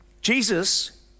Jesus